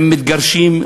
הם מתגרשים,